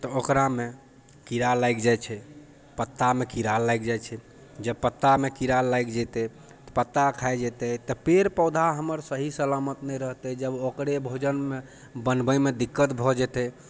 तऽ ओकरामे कीड़ा लागि जाइ छै पत्तामे कीड़ा लागि जाइ छै जँ पत्तामे कीड़ा लागि जेतै पत्ता खा जेतै तऽ पेड़ पौधा हमर सही सलामत नहि रहतै तऽ जब ओकरे भोजनमे बनबैमे दिक्कत भऽ जेतै